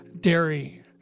dairy